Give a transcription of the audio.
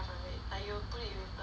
you will put it with like bread